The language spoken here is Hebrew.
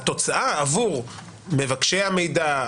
התוצאה עבור מבקשי המידע,